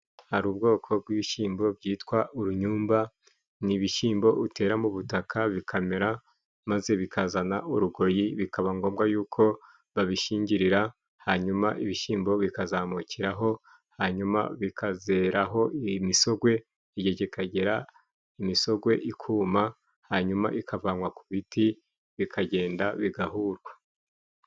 Hari ubwoko bw'ibishyimbo byitwa urunyumba nibishyimbo utera mu butaka bikamera maze bikazana urugoyi bikaba ngombwa yuko babishyingirira hanyuma ibishyimbo bikazamukiraho hanyuma bikazeraho imisogwe igihe kikagera imisogwe ikuma hanyuma ikavanwa ku biti bikagenda bigahurwa